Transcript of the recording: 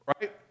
right